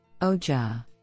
Oja